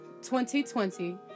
2020